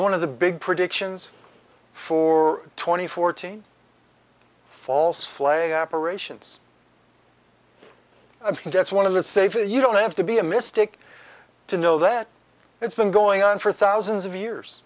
one of the big predictions for twenty fourteen false flag operations and that's one of the safer you don't have to be a mistake to know that it's been going on for thousands of years